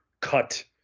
cut